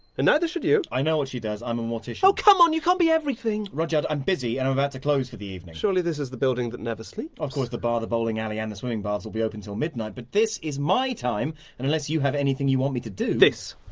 and neither should you. i know what she does i'm a mortician. oh come on, you can't be everything. rudyard, i'm busy and i'm about to close for the evening. surely this is the building that never sleeps? of course the bar, the bowling alley and the swimming baths will be open till midnight, but this is my time and unless you have anything you want me to do this.